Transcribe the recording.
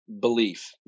belief